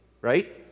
right